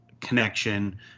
connection